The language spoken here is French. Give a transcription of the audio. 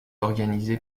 organisé